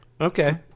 Okay